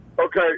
Okay